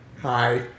Hi